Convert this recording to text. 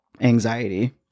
anxiety